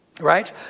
Right